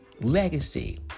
legacy